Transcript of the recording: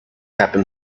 happen